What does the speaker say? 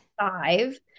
five